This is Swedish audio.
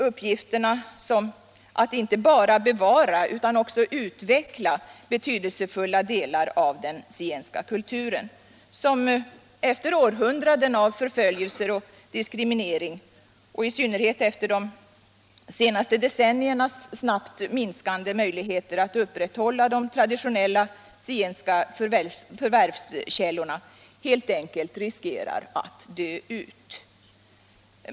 Uppgiften måste vara inte bara att bevara utan också att utveckla betydelsefulla delar av den zigenska kulturen, som efter århundraden av förföljelse och diskriminering och i synnerhet efter de senaste decenniernas snabbt minskande möjligheter att upprätthålla de traditionella zigenska förvärvskällorna helt enkelt riskerar att dö ut.